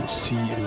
see